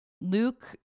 Luke